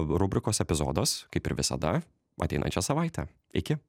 rubrikos epizodas kaip ir visada ateinančią savaitę iki